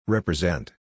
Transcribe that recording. Represent